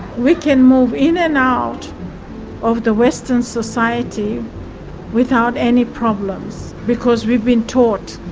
we can move in and out of the western society without any problems, because we've been taught,